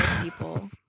people